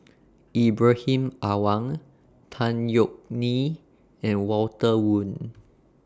Ibrahim Awang Tan Yeok Nee and Walter Woon